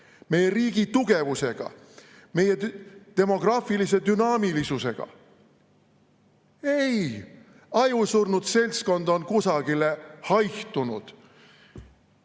meie riigi tugevusega, meie demograafilise dünaamilisusega. Ei, ajusurnud seltskond on kusagile haihtunud. Kaja